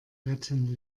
retten